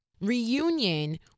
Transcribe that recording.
reunion